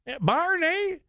Barney